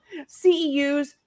CEUs